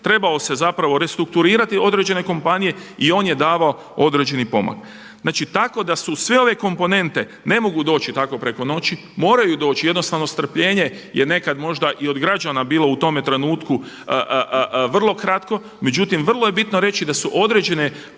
trebao se restrukturirati određene kompanije i on je davao određeni pomak. Znači tako da su sve ove komponente ne mogu doći tako preko noći moraju doći. Jednostavno strpljenje je nekad možda i od građana bilo u tome trenutku vrlo kratko, međutim vrlo je bitno reći da su određeni pomaci